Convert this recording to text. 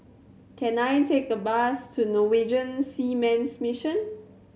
can I take a bus to Norwegian Seamen's Mission